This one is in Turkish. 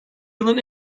yılın